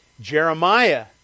Jeremiah